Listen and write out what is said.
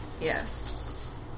Yes